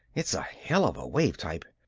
it's a hell of a wave-type!